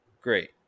Great